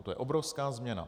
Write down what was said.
To je obrovská změna.